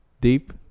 deep